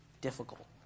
difficult